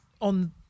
on